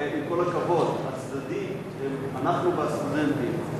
עם כל הכבוד, הצדדים הם אנחנו והסטודנטים.